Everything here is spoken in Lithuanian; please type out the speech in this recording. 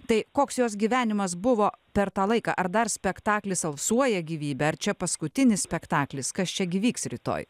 tai koks jos gyvenimas buvo per tą laiką ar dar spektaklis alsuoja gyvybe ar čia paskutinis spektaklis kas čia gi vyks rytoj